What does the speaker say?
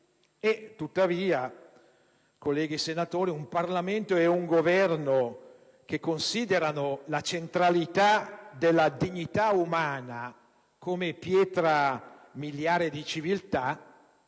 tuttavia, colleghi senatori, un Parlamento e un Governo che considerano la centralità della dignità umana come pietra miliare di civiltà